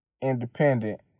independent